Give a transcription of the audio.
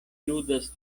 ludas